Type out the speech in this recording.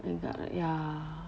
明白 ya